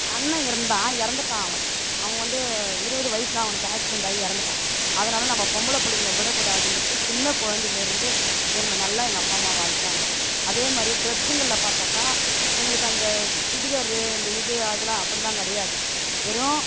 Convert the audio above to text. அண்ணன் இருந்தான் இறந்துட்டான் அவன் அவன் வந்து இருபது வயசில் அவனுக்கு ஆக்சிடண்ட்டாயி இறந்துட்டான் அதனால் நம்ம பொம்பளைப் பிள்ளைங்கள விடக்கூடாதுன்றத்து சின்ன குழந்தையிலருந்து எங்களை நல்லா எங்கள் அப்பா அம்மா வளத்தாங்க அதேமாதிரி ட்ரெஸ்ஸுங்கள்ல பார்த்தாக்கா எங்களுக்கு அந்த சுடிதாரு இந்த இது அதலாம் அப்படிலாம் கிடையாது வெறும்